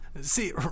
See